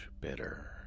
bitter